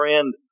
end